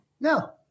No